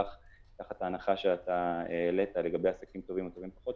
תחת ההנחה שהעלית לגבי עסקים טובים או טובים פחות,